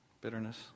bitterness